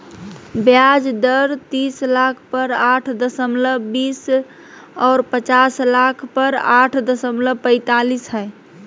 ब्याज दर तीस लाख पर आठ दशमलब बीस और पचास लाख पर आठ दशमलब पैतालीस हइ